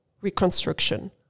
reconstruction